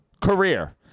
career